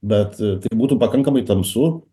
bet tai būtų pakankamai tamsu